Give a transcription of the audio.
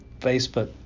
Facebook